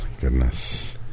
goodness